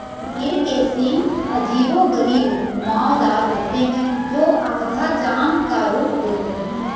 गिर के सींग अजीबोगरीब घुमावदार होते हैं, जो आधा चाँद का रूप देते हैं